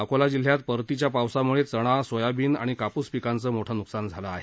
अकोला जिल्ह्यात परतीच्या पावसामुळे चणा सोयाबीन आणि काप्स पिकांचं मोठं नुकसान झालं आहे